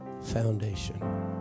foundation